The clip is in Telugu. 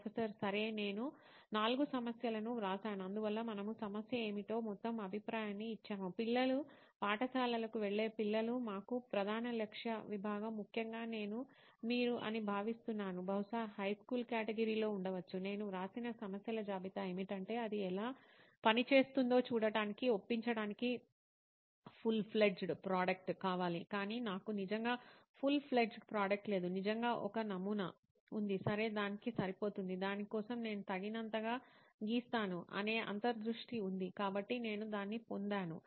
ప్రొఫెసర్ సరే నేను 4 సమస్యలను వ్రాశాను అందువల్ల మనము సమస్య ఏమిటో మొత్తం అభిప్రాయాన్ని ఇచ్చాము పిల్లలు పాఠశాలలకు వెళ్ళే పిల్లలు మాకు ప్రధాన లక్ష్య విభాగం ముఖ్యంగా నేను మీరు అని భావిస్తున్నాను బహుశా హైస్కూల్ కేటగిరీలో ఉండవచ్చు నేను వ్రాసిన సమస్యల జాబితా ఏమిటంటే అది ఎలా పనిచేస్తుందో చూడటానికి ఒప్పించటానికి ఫుల్ ఫ్లెడ్జ్ ప్రోడక్ట్ కావాలి కాని నాకు నిజంగా ఫుల్ ఫ్లెడ్జ్ ప్రోడక్ట్ లేదు నిజంగా ఒక నమూనా ఉంది సరే దానికి సరిపోతుంది దాని కోసం నేను తగినంతగా గీస్తాను అనే అంతర్దృష్టి ఉంది కాబట్టి నేను దాన్ని పొందాను